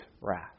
wrath